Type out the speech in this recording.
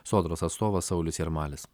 sodros atstovas saulius jarmalis